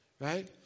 Right